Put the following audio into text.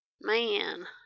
Man